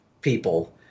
people